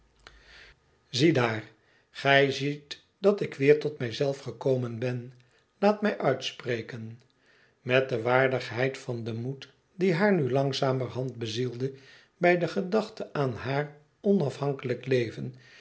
ziedaar gij ziet dat ik weer tot mij zelf gekomen ben laat mij uitspreken met de waardigheid van den moed die haar nu langzamerhand bezielde bij de gedachte aan haar onafhankelijk leven